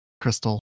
crystal